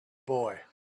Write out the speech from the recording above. boy